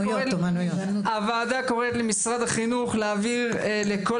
הוועדה קוראת למשרד החינוך להעביר לכל